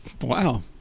Wow